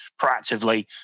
proactively